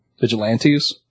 vigilantes